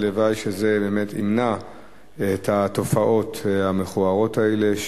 הלוואי שזה באמת ימנע את התופעות המכוערות האלה,